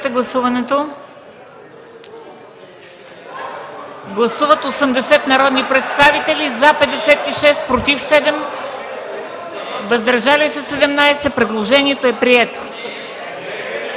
Гласували 82 народни представители: за 78, против 1, въздържали се 3. Предложението е прието.